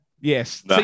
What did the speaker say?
Yes